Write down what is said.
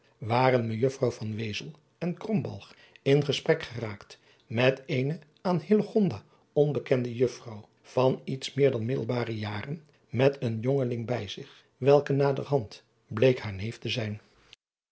waren ejuffrouw en in gesprek geraakt met eene aan onbekende uffrouw van iets meer dan middelbare jaren met een jongeling bij zich welke naderhand hleek haar neef te zijn